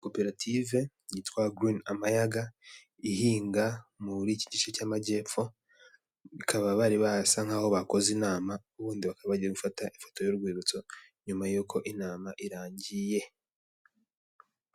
Koperative yitwa girini amayaga ihinga muri iki gice cy'amajyepfo bakaba bari basa nkaho bakoze inama, ubundi bakaba bagiye gufata ifoto y'urwibutso nyuma y'uko inama irangiye.